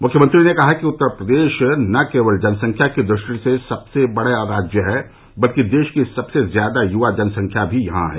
मुख्यमंत्री ने कहा कि उत्तर प्रदेश न केवल जनसंख्या की दृष्टि से सबसे बड़ा राज्य है बल्कि देश की सबसे ज्यादा युवा जनसंख्या भी यहां है